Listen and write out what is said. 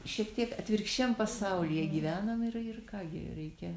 šiek tiek atvirkščiam pasaulyje gyvenam ir ir ką gi reikia